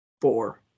Four